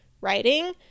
Writing